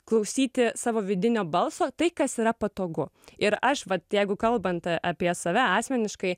klausyti savo vidinio balso tai kas yra patogu ir aš vat jeigu kalbant apie save asmeniškai